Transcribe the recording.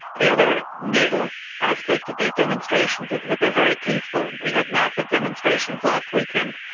the other new aspect of these demonstrations is they are very peaceful. we had massive demonstrations last weekend,